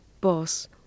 boss